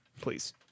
please